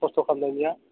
खस्थ' खालामनाय गैया